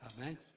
Amen